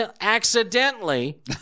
accidentally